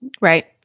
right